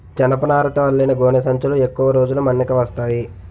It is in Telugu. జనపనారతో అల్లిన గోనె సంచులు ఎక్కువ రోజులు మన్నిక వస్తాయి